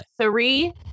three